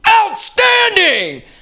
Outstanding